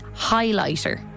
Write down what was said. highlighter